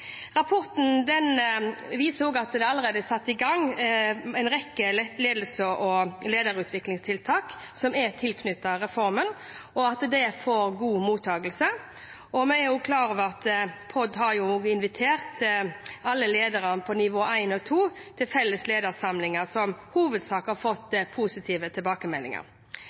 Rapporten viser at det allerede er satt i gang en rekke lederutviklingstiltak som er tilknyttet reformen, og at de får god mottakelse. Vi er også klar over at POD har invitert alle lederne på nivå 1 og 2 til felles ledersamlinger, som i hovedsak har fått positive tilbakemeldinger.